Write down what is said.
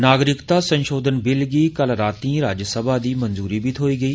नागरिकता संशोधन बिल गी जंदी रातीं राज्यसभा दी मंजूरी बी थ्होई गेई